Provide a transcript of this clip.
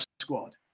squad